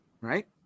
Right